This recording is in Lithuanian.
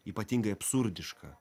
ypatingai absurdišką